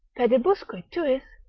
pedibusque tuis,